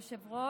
כבוד היושב-ראש,